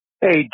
Hey